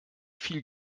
viel